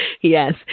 yes